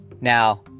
Now